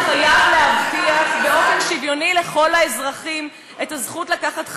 דמוקרטי חייב להבטיח באופן שוויוני לכל האזרחים את הזכות לקחת חלק,